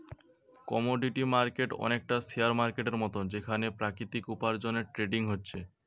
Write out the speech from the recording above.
commodity market অনেকটা share মার্কেটের মতন যেখানে প্রাকৃতিক উপার্জনের ট্রেডিং হচ্ছে